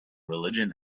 religion